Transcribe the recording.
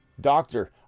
Doctor